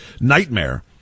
nightmare